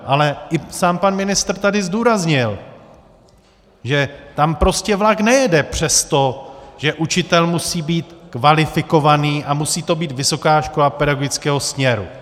Ale i sám pan ministr tady zdůraznil, že tam prostě vlak nejede přes to, že učitel musí být kvalifikovaný a musí to být vysoká škola pedagogického směru.